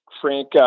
Frank